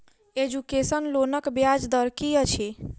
Education लोनक ब्याज दर की अछि?